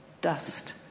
dust